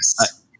yes